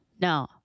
No